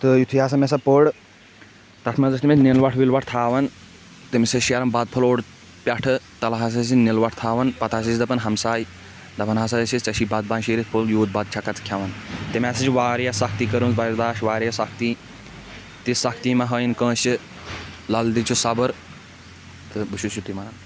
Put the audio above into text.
تہٕ یُتھٕے ہسا مےٚ سۄ پٔر تَتھ منٛز ٲسۍ نِل وَٹھ وِل وَٹھ تھاوان تٔمِس ٲسۍ شیران بَتہٕ پھوٚل اوٚڑ پٮ۪ٹھٕ تلہٕ ہس ٲسِس نِل وٹھ تھاوان پتہٕ ہس ٲسۍ دپان ہمساے دَپان ہسا ٲسِس ژےٚ چھی بَتہٕ بانہٕ شیٖرتھ فُل یوٗت بَتہٕ چھککھا ژٕ کھٮ۪وان تٔمۍ ہسا چھِ واریاہ سختی کٔرمٕژ بَرداش واریاہ سختی تِژھ سختی مہ ہٲیِن کٲنٛسہِ لل دٮ۪د چھِ صبٕر تہٕ بہٕ چھُس یُتھُے ونان